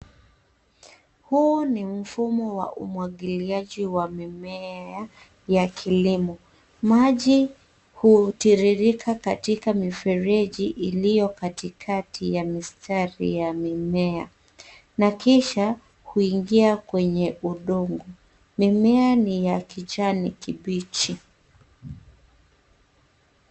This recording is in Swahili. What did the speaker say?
Huu ni mfumo wa umwagiliaji wa mimea ya kilimo. Maji hutiririka katika mifereji iliyo katikatai ya mistari ya mimea na kisha huingia kwenye udongo. Mimea ni ya kijani kibichi.